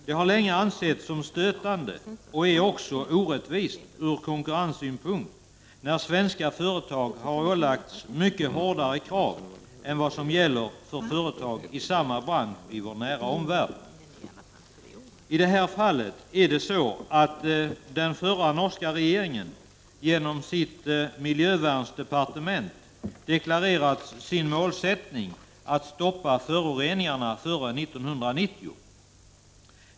Det har länge ansetts som stötande och är också orättvist ur konkurrenssynpunkt när svenska företag har ålagts mycket hårdare krav än vad som gäller för företag i samma bransch i vår nära omvärld. I det här fallet är det så att den förra norska regeringen genom sitt miljövärnsdepartement deklarerat sin målsättning att stoppa föroreningarna före ”- 1990.